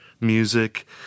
music